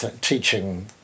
teaching